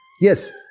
Yes